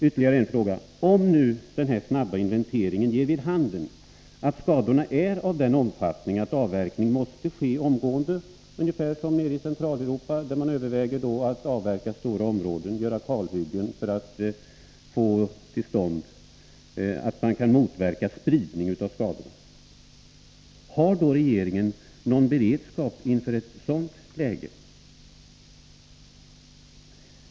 Ytterligare en fråga: Om nu denna snabba inventering ger vid handen att skadorna är av den omfattningen att avverkning måste ske omgående — ungefär som nere i Centraleuropa, där man övervägar att avverka stora områden genom kalhyggen för att motverka spridning av skadorna — har då regeringen någon beredskap inför ett sådant läge?